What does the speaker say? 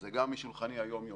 זה גם משולחני היומיומי,